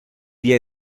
día